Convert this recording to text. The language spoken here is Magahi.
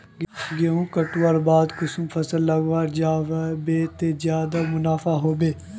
गेंहू कटवार बाद कुंसम फसल लगा जाहा बे ते ज्यादा मुनाफा होबे बे?